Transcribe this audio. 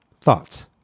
thoughts